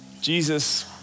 Jesus